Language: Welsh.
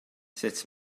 sut